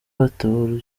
bataba